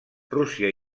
rússia